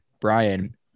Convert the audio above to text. Brian